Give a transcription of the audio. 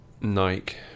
Nike